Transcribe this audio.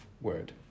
word